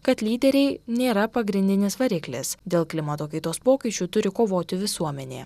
kad lyderiai nėra pagrindinis variklis dėl klimato kaitos pokyčių turi kovoti visuomenė